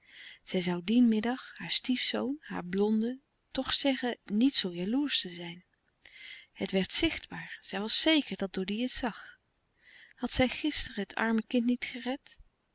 zij zoû dien middag haar stiefzoon haar blonde toch zeggen niet zoo jaloersch te zijn het werd zichtbaar zij was zeker dat doddy het zag had zij gisteren het arme kind niet gered